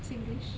singlish